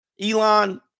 Elon